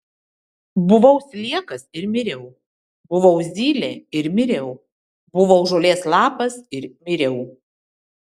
buvau sliekas ir miriau buvau zylė ir miriau buvau žolės lapas ir miriau